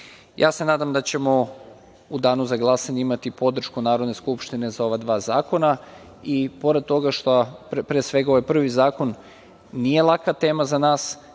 se nadam da ćemo u danu za glasanje imati podršku Narodne skupštine za ova dva zakona i pored toga što, pre svega, ovaj prvi zakon nije laka tema za nas,